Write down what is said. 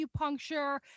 acupuncture